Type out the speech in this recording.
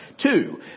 Two